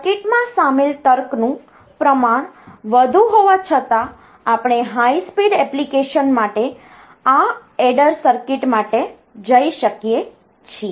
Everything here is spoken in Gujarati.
સર્કિટમાં સામેલ તર્કનું પ્રમાણ વધુ હોવા છતાં આપણે હાઇ સ્પીડ એપ્લીકેશન માટે આ એડર સર્કિટ માટે જઈ શકીએ છીએ